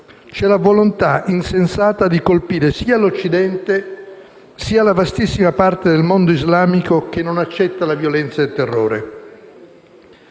C'è la volontà insensata di colpire sia l'Occidente sia la vastissima parte del mondo islamico che non accetta la violenza e il terrore.